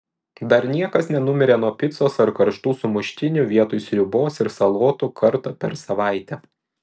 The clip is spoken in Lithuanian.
dar niekas nenumirė nuo picos ar karštų sumuštinių vietoj sriubos ir salotų kartą per savaitę